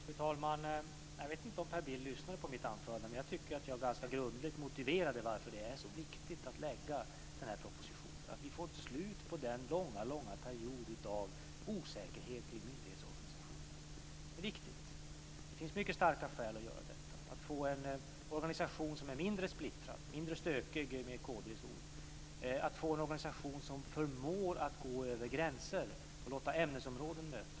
Fru talman! Jag vet inte om Per Bill lyssnade på mitt anförande. Jag tycker att jag ganska grundligt motiverade varför det är så viktigt att lägga fram propositionen och få ett slut på den långa period av osäkerhet kring myndighetsorganisationen. Det är viktigt. Det finns många starka skäl att göra det. Det gäller att få en organisation som är mindre splittrad - mindre stökig, med kd:s ord - och en organisation som förmår att gå över gränser och låta ämnesområden mötas.